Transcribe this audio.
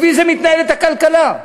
לפי זה מתנהלת הכלכלה.